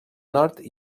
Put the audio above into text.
nord